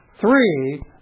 Three